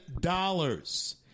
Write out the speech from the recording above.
dollars